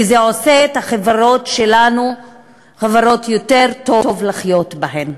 כי זה עושה את החברות שלנו חברות שיותר טוב לחיות בהן.